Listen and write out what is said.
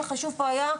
בעיה.